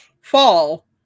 fall